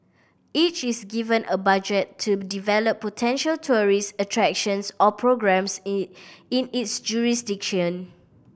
each is given a budget to develop potential tourist attractions or programmes in in its jurisdiction